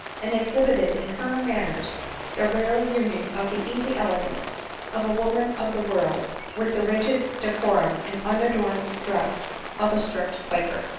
and exhibited in her man ners the rare union of the easy elegance of a woman of the world with the rigid decorum and unadorned dress of a strict quaker.